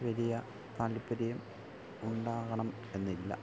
വലിയ താത്പര്യം ഉണ്ടാകണം എന്നില്ല